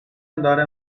andare